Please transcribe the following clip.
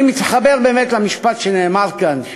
אני מתחבר באמת למשפט שנאמר כאן,